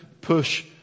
push